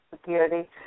security